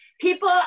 People